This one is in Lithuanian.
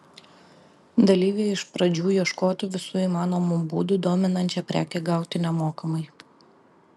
dalyviai iš pradžių ieškotų visų įmanomų būdų dominančią prekę gauti nemokamai